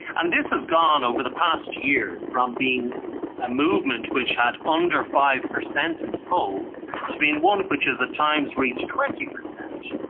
and this has gone over the past year from being a movement which had under five percent in the polls to being one which has at times reached twenty percent.